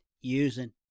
using